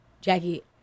jackie